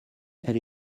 elle